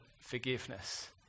Forgiveness